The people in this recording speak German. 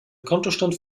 kontostand